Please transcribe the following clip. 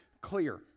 clear